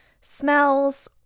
smells